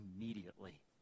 immediately